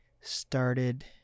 started –